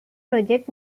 project